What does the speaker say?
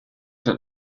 that